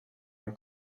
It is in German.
dann